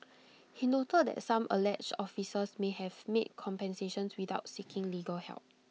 he noted that some alleged officers may have made compensations without seeking legal help